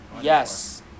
Yes